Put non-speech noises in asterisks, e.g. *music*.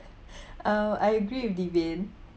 *breath* uh I agree with devin